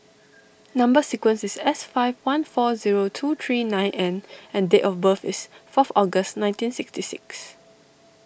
Number Sequence is S five one four zero two three nine N and date of birth is fourth August nineteen sixty six